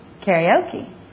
Karaoke